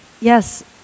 yes